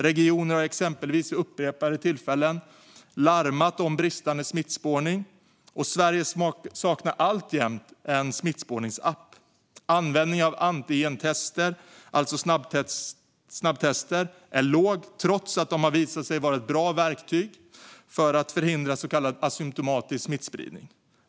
Regioner har exempelvis vid upprepade tillfällen larmat om bristande smittspårning, och Sverige saknar alltjämt en smittspårningsapp. Användningen av antigentester, snabbtester, är låg, trots att de har visat sig vara ett bra verktyg för att förhindra så kallad asymtomatisk smittspridning.